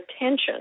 attention